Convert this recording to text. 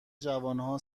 جوانها